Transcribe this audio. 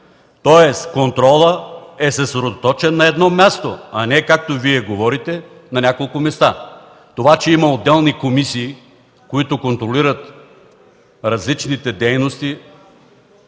Тоест, контролът е съсредоточен на едно място, а не както Вие говорите – на няколко места. Това че има отделни комисии, които контролират различните дейности,